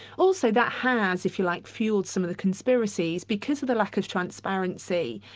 also that has, if you like, fuelled some of the conspiracies because of the lack of transparency.